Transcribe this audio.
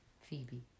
Phoebe